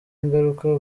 ingaruka